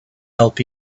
help